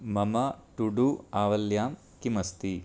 मम to do आवल्यां किमस्ति